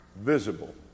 Visible